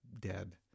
dead